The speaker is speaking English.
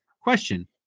question